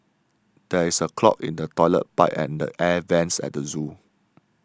there is a clog in the Toilet Pipe and the Air Vents at the zoo